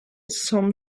some